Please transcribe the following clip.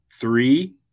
three